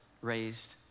raised